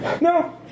No